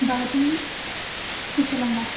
भवती कुशलं वा